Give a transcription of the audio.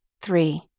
Three